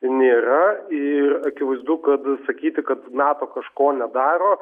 nėra ir akivaizdu kad sakyti kad nato kažko nedaro